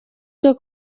cyo